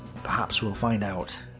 perhaps we'll find out,